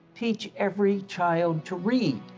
teach every child to read.